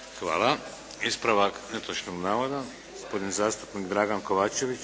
(HDZ)** Hvala. Ispravak netočnog navoda gospodin zastupnik Dragan Kovačević.